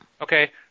Okay